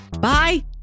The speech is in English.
bye